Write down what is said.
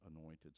anointed